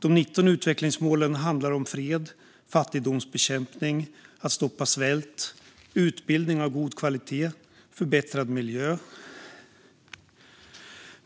De 19 utvecklingsmålen handlar om fred, fattigdomsbekämpning, att stoppa svält, utbildning av god kvalitet, förbättrad miljö,